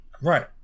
Right